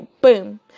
boom